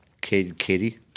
Katie